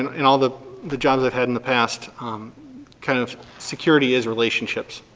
and in all the the jobs i've had in the past kind of security is relationships.